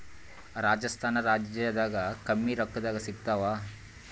ರಾಜಸ್ಥಾನ ರಾಜ್ಯದಾಗ ಕಮ್ಮಿ ರೊಕ್ಕದಾಗ ಸಿಗತ್ತಾವಾ?